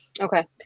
Okay